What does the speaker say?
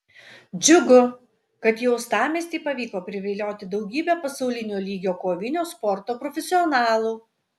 džiugu kad į uostamiestį pavyko privilioti daugybę pasaulinio lygio kovinio sporto profesionalų